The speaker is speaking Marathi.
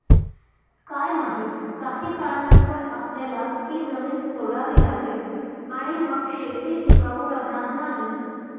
काय माहित, काही काळानंतर आपल्याला ही जमीन सोडावी लागेल आणि मग शेती टिकाऊ राहणार नाही